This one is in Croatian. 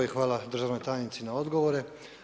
I hvala državnoj tajnici na odgovorima.